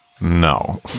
No